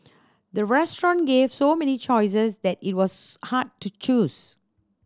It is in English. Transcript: the restaurant gave so many choices that it was hard to choose